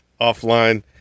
offline